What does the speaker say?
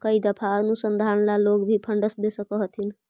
कई दफा अनुसंधान ला लोग भी फंडस दे सकअ हथीन